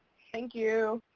thank you.